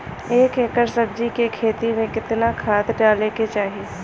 एक एकड़ सब्जी के खेती में कितना खाद डाले के चाही?